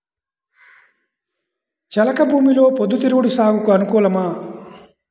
చెలక భూమిలో పొద్దు తిరుగుడు సాగుకు అనుకూలమా?